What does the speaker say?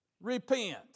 Repent